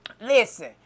listen